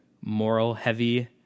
moral-heavy